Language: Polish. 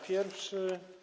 Pierwszy.